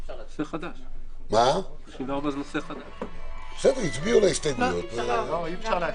הצבעה ההסתייגות לא אושרה.